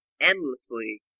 endlessly